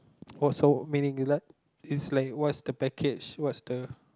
also meaning l~ what's the package what's the